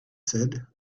said